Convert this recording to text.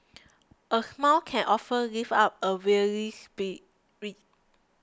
a smile can often lift up a weary spirit